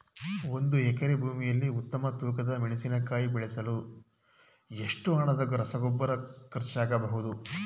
ಒಂದು ಎಕರೆ ಭೂಮಿಯಲ್ಲಿ ಉತ್ತಮ ತೂಕದ ಮೆಣಸಿನಕಾಯಿ ಬೆಳೆಸಲು ಎಷ್ಟು ಹಣದ ರಸಗೊಬ್ಬರ ಖರ್ಚಾಗಬಹುದು?